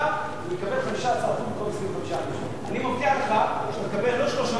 יקבל 15% במקום 25%. אני מבטיח לך שאתה תקבל לא 3 מיליארד,